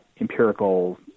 empirical